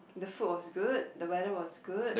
the food was good the weather was good